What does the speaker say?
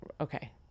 okay